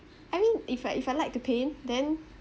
I mean if I if I like to paint then